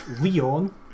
Leon